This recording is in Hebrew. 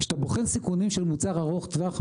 כשאתה בוחן סיכונים של מוצר ארוך טווח,